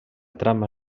trama